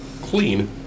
clean